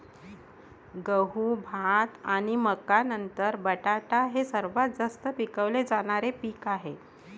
गहू, भात आणि मका नंतर बटाटा हे सर्वात जास्त पिकवले जाणारे पीक आहे